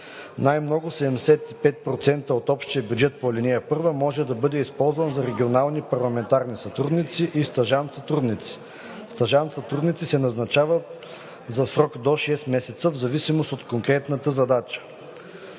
Най-много 75% от общия бюджет по ал. 1 може да бъде използван за регионални парламентарни сътрудници и стажант-сътрудници. Стажант-сътрудници се назначават за срок до 6 месеца, в зависимост от конкретната задача.